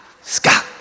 Scott